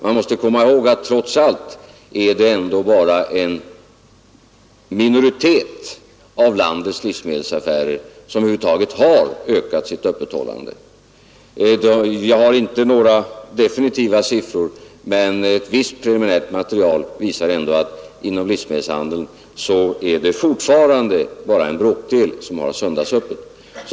Man måste komma ihåg att trots allt är det bara en minoritet av landets livsmedelsaffärer som över huvud taget har ökat sitt öppethållande. Jag har inte några definitiva siffror, men ett visst preliminärt material visar att inom livsmedelshandeln är det fortfarande bara en bråkdel som har söndagsöppet.